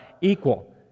equal